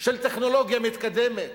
של טכנולוגיה מתקדמת.